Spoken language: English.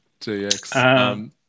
DX